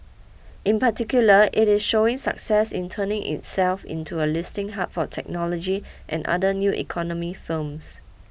in particular it is showing success in turning itself into a listing hub for technology and other new economy firms